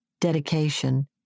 dedication